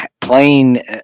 playing